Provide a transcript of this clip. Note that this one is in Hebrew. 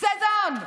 סזון.